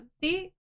See